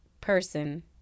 person